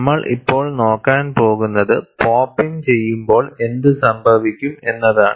നമ്മൾ ഇപ്പോൾ നോക്കാൻ പോകുന്നത് പോപ്പ് ഇൻ ചെയ്യുമ്പോൾ എന്ത് സംഭവിക്കും എന്നതാണ്